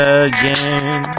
again